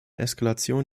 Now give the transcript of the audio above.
eskalation